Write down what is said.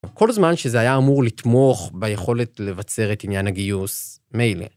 כל הזמן שזה היה אמור לתמוך ביכולת לבצר את עניין הגיוס, מילא